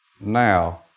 now